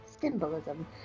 Symbolism